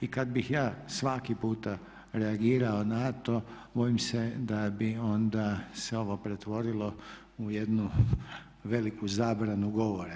I kad bih ja svaki puta reagirao na to bojim se da bi onda se ovo pretvorilo u jednu veliku zabranu govora.